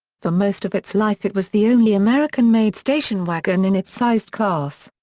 for most of its life it was the only american-made station wagon in its size class.